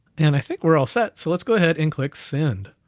and i think we're all set. so let's go ahead, and click send,